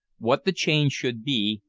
what the change should be,